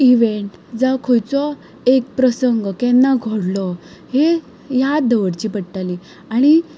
event जावं खंयचो एक प्रसंग केन्ना घडलो हें याद दवरचें पडटाली आनी